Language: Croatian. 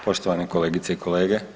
Poštovane kolegice i kolege.